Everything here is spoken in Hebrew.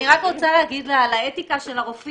אני רק רוצה להגיד לה על האתיקה של הרופאים,